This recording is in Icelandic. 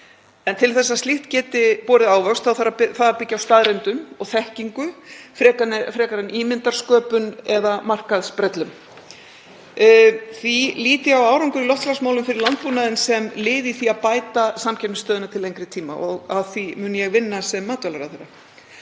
En til að slíkt geti borið ávöxt þá þarf það að byggja á staðreyndum og þekkingu frekar en ímyndarsköpun eða markaðsbrellum. Því lít ég á árangur í loftslagsmálum fyrir landbúnaðinn sem lið í því að bæta samkeppnisstöðuna til lengri tíma og að því mun ég vinna sem matvælaráðherra.